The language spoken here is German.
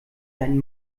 deinen